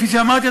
כפי שאמרתי,